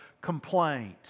complaint